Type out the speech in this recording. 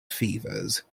fevers